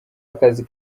akazi